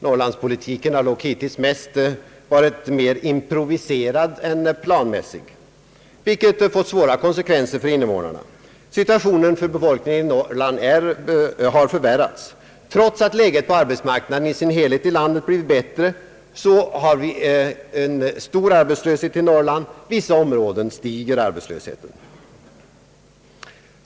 Norrlandspolitiken har dock hittills varit mer improviserad än planmässig, vilket fått svåra konsekvenser för invånarna. Situationen för befolkningen i Norrland har förvärrats. Trots att läget på arbetsmarknaden som helhet förbättrats har vi stor arbetslöshet i Norrland, och i vissa områden stiger den.